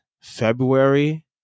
February